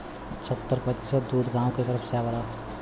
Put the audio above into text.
सत्तर प्रतिसत दूध गांव के तरफ से आवला